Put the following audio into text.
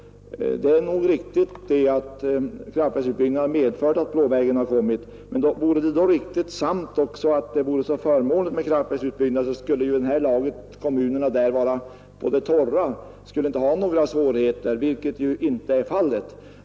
Det är nog riktigt att kraftverksutbyggnaden har medfört att Blå vägen blivit förbättrad. Men vore det så förmånligt med kraftverksutbyggnader som det påstås skulle kommunerna där nu ha sitt på det torra och inte ha några svårigheter. Detta är ju inte fallet.